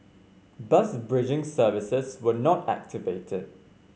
bus bridging services were not activated